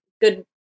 good